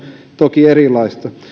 toki erilaista